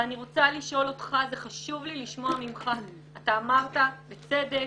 ואני רוצה לשאול אותך, אמרת בצדק